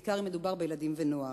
בעיקר אם מדובר בילדים ונוער.